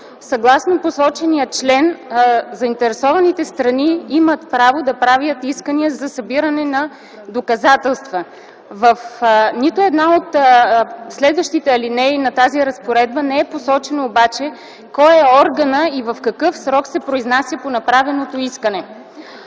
съгласно посочения член заинтересованите страни имат право да правят искания за събиране на доказателства. В нито една от следващите алинеи на тази разпоредба не е посочено обаче кой е органът и в какъв срок се произнася по направеното искане.